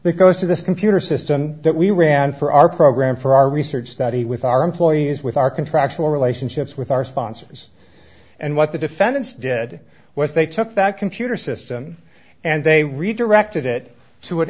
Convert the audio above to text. to this computer system that we ran for our program for our research study with our employees with our contractual relationships with our sponsors and what the defendants did was they took that computer system and they redirected it to an